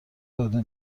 داده